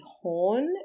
Horn